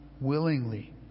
willingly